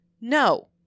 No